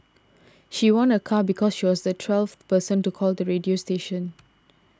she won a car because she was the twelfth person to call the radio station